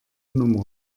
nummer